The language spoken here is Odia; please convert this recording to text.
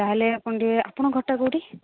ତା'ହେଲେ ଆପଣ ଟିକେ ଆପଣଙ୍କ ଘରଟା କେଉଁଠି